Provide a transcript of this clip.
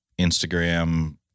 Instagram